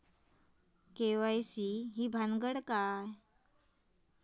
KYC ही भानगड काय?